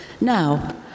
Now